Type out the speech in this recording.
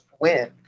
win